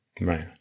Right